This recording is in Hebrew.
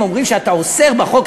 הם אומרים שאתם אוסרים